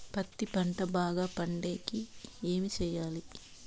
పత్తి పంట బాగా పండే కి ఏమి చెయ్యాలి?